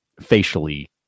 facially